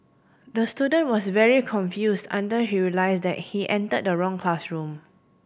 the student was very confused until he realised that he entered the wrong classroom